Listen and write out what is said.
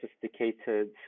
sophisticated